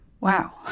Wow